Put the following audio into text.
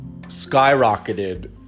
skyrocketed